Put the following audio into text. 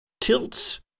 tilts